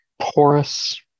porous